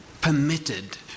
permitted